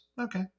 Okay